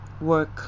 work